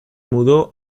mudó